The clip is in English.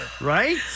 right